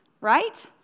right